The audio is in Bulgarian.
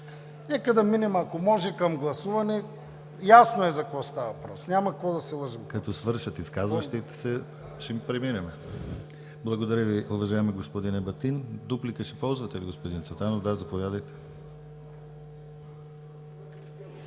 Нека да минем, ако може, към гласуване, ясно е за какво става въпрос. Няма какво да се лъжем. ПРЕДСЕДАТЕЛ ДИМИТЪР ГЛАВЧЕВ: Когато свършат изказващите се, ще преминем. Благодаря Ви, уважаеми господин Ебатин. Дуплика ще ползвате ли, господин Цветанов? Да. Заповядайте.